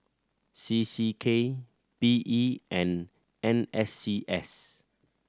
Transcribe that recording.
C C K P E and N S C S